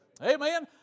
Amen